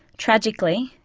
tragically,